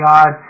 God